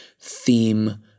theme